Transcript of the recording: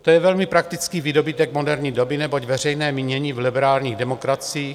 To je velmi praktický výdobytek moderní doby, neboť veřejné mínění v liberálních demokraciích...